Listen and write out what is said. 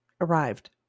arrived